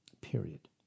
Period